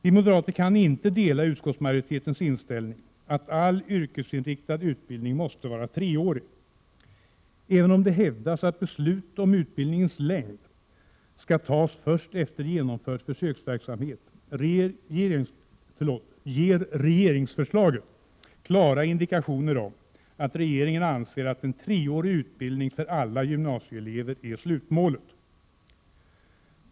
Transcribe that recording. Vi moderater kan inte dela utskottsmajoritetens inställning att all yrkesinriktad utbildning måste vara treårig. Även om det hävdas att beslut om utbildningens längd skall fattas först efter genomförd försöksverksamhet, ger regeringsförslaget klara indikationer om att regeringen anser att en treårig utbildning för alla gymnasieelever är slutmålet.